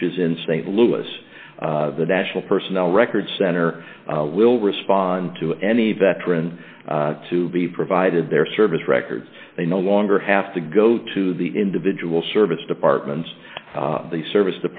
is in st louis the national personnel records center will respond to any veteran to be provided their service records they no longer have to go to the individual service departments the service